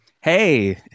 Hey